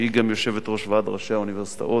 שהיא גם יושבת-ראש ועד ראשי האוניברסיטאות,